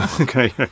okay